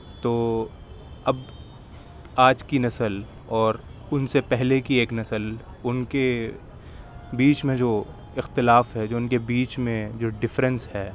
تو اب آج کی نسل اور ان سے پہلے کی ایک نسل ان کے بیچ میں جو اختلاف ہے جو ان کے بیچ میں جو ڈفرینس ہے